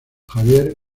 xavier